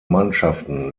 mannschaften